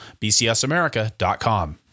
bcsamerica.com